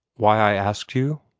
why i asked you?